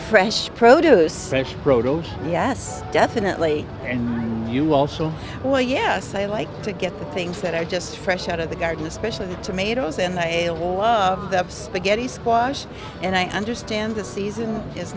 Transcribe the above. fresh produce fresh produce yes definitely and you also oh yes i like to get the things that are just fresh out of the garden especially the tomatoes and that spaghetti squash and i understand the season is